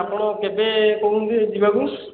ଆପଣ କେବେ କହୁଛନ୍ତି ଯିବାକୁ